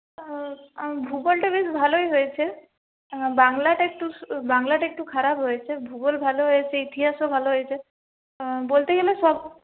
ওহো আমার ভূগোলটা বেশ ভালোই হয়েছে বাংলাটা একটু বাংলাটা একটু খারাপ হয়েছে ভূগোল ভালো হয়েছে ইতিহাসও ভালো হয়েছে বলতে গেলে সব